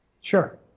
Sure